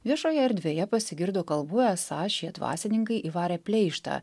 viešoje erdvėje pasigirdo kalbų esą šie dvasininkai įvarė pleištą